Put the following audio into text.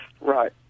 Right